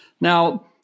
Now